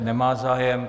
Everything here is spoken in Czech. Nemá zájem.